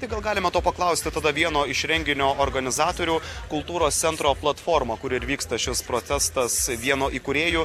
tai gal galime to paklausti tada vieno iš renginio organizatorių kultūros centro platforma kur ir vyksta šis protestas vieno įkūrėjų